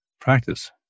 practice